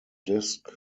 disc